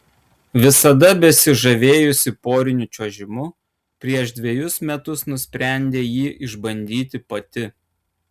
visada besižavėjusi poriniu čiuožimu prieš dvejus metus nusprendė jį išbandyti pati